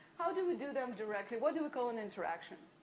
how do we do that directly? what do we call an interaction?